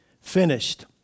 finished